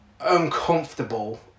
uncomfortable